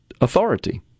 authority